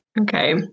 Okay